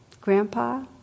Grandpa